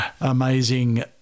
amazing